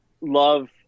love